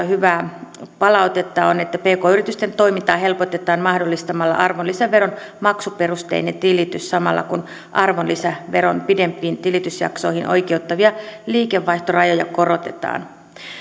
hyvää palautetta pk yritysten toimintaa helpotetaan mahdollistamalla arvonlisäveron maksuperusteinen tilitys samalla kun arvonlisäveron pidempiin tilitysjaksoihin oikeuttavia liikevaihtorajoja korotetaan